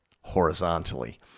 horizontally